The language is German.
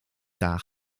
dar